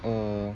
err